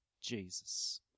Jesus